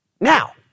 Now